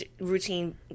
routine